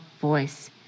voice